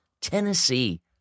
Tennessee